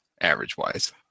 average-wise